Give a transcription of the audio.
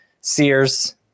Sears